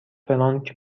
فرانک